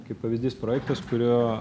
kaip pavyzdys projektas kurio